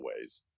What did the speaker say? ways